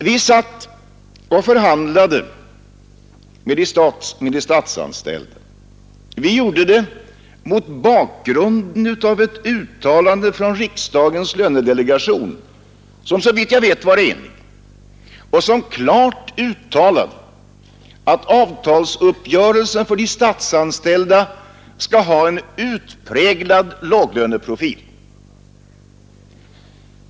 Vi satt och förhandlade med de statsanställda mot bakgrunden av ett uttalande av riksdagens lönedelegation som såvitt jag vet var enigt, vari klart sades ut, att avtalsuppgörelsen för de statsanställda skulle ha en utpräglad låglöneprofil.